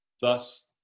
Thus